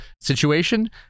situation